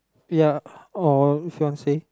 ya or fiance